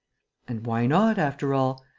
and why not, after all?